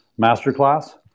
masterclass